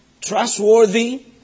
trustworthy